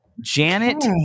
Janet